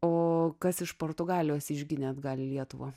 o kas iš portugalijos išginė atgal į lietuvą